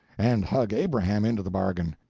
and hug abraham into the bargain.